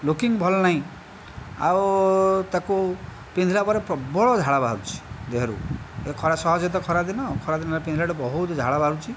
looking ଭଲ ନାହିଁ ଆଉ ତାକୁ ପିନ୍ଧିଲା ପରେ ପ୍ରବଳ ଝାଳ ବାହାରୁଛି ଦେହରୁ ଏ ଖରା ସହଜରେ ତ ଖରାଦିନ ଖରା ଦିନରେ ପିନ୍ଧିଲାଠୁ ବହୁତ ଝାଳ ବାହାରୁଛି